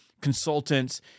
consultants